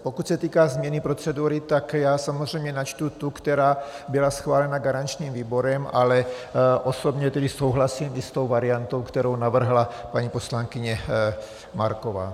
Pokud se týká změny procedury, tak já samozřejmě načtu tu, která byla schválena garančním výborem, ale osobně souhlasím i s tou variantou, kterou navrhla paní poslankyně Marková.